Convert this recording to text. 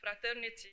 fraternity